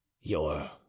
Your